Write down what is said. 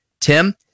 Tim